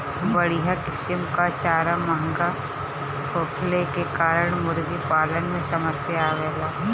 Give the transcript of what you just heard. बढ़िया किसिम कअ चारा महंगा होखला के कारण मुर्गीपालन में समस्या आवेला